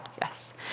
Yes